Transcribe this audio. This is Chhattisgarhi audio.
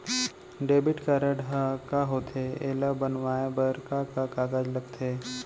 डेबिट कारड ह का होथे एला बनवाए बर का का कागज लगथे?